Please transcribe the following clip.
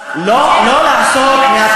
היא הוציאה גם הודעות גינוי,